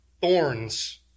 thorns